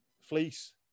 fleece